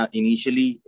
initially